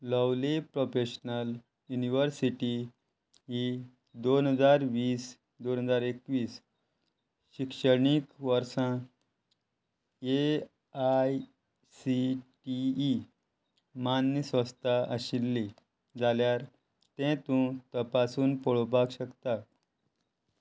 lovely Professional University ही दोन हजार वीस दोन हजार एकवीस शिक्षणीक वर्सा A I C T E मान्य संस्था आशिल्ली जाल्यार तें तूं तपासून पळोवपाक शकता